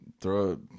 throw